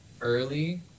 Early